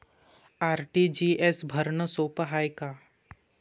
RTGS भरनं सोप हाय का?